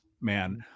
man